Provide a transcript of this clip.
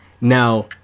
Now